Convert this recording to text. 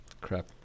crap